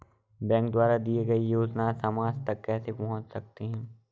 Bank द्वारा दिए गए योजनाएँ समाज तक कैसे पहुँच सकते हैं?